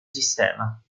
sistema